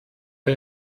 der